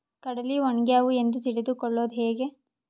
ಕಡಲಿ ಒಣಗ್ಯಾವು ಎಂದು ತಿಳಿದು ಕೊಳ್ಳೋದು ಹೇಗೆ?